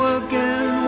again